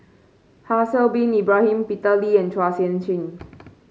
Haslir Bin Ibrahim Peter Lee and Chua Sian Chin